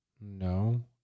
No